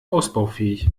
ausbaufähig